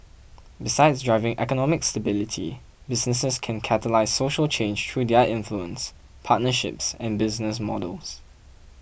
besides driving economic stability businesses can catalyse social change through their influence partnerships and business models